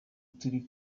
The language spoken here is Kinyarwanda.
turi